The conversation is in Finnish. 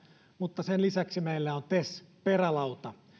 mutta sen lisäksi meillä on tes perälauta